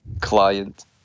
client